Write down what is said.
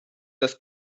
das